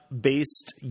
based